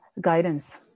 guidance